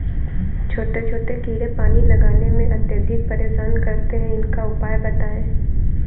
छोटे छोटे कीड़े पानी लगाने में अत्याधिक परेशान करते हैं इनका उपाय बताएं?